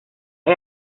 hay